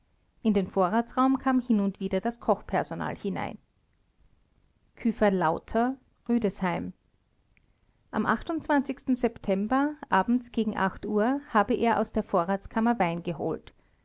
in den vorratsraum kam hin und wieder das kochpersonal hinein küfer lauter rüdesheim am september abends gegen uhr habe er aus der vorratskammer wein geholt